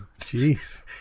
Jeez